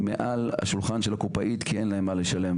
מעל השולחן של הקופאית כי אין להם מה לשלם,